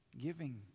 Giving